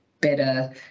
better